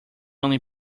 only